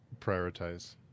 prioritize